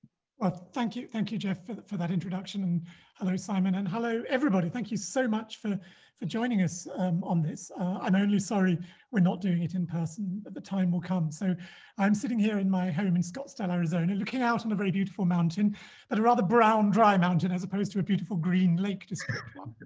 ah thank you, thank you jeff for that for that introduction and hello simon and hello everybody thank you so much for for joining us um on this ah i'm only sorry we're not doing it in person but the time will come, so i'm sitting here in my home in scottsdale arizona looking out on a very beautiful mountain but a rather brown dry mountain as opposed to a beautiful green lake district one.